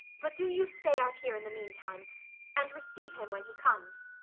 but do you stay out here in the meantime and receive him when he comes.